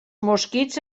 mosquits